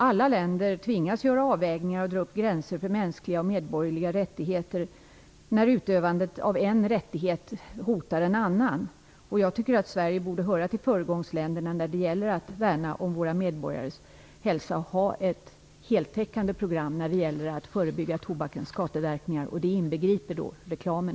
Alla länder tvingas göra avvägningar och att dra upp gränser för mänskliga och medborgerliga rättigheter när utövandet av en rättighet hotar en annan. Jag tycker att Sverige borde höra till föregångsländerna när det gäller att värna om våra medborgares hälsa och ha ett heltäckande program i fråga om att förebygga tobakens skadeverkningar. Det inbegriper också reklamen.